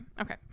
okay